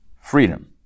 freedom